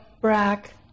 Brack